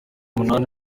umunani